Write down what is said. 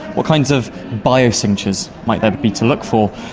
what kinds of biosignatures might there be to look for,